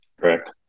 Correct